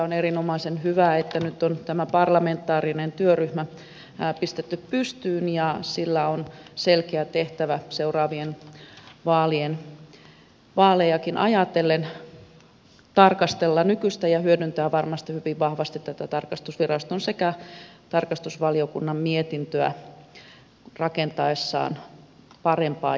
on erinomaisen hyvä että nyt on tämä parlamentaarinen työryhmä pistetty pystyyn ja sillä on selkeä tehtävä seuraavia vaalejakin ajatellen tarkastella nykyistä tilannetta ja hyödyntää varmasti hyvin vahvasti tätä tarkastusviraston sekä tarkastusvaliokunnan mietintöä rakentaessaan parempaa järjestelmää